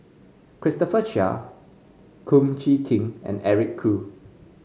Christopher Chia Kum Chee Kin and Eric Khoo